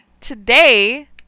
today